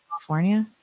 California